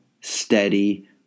steady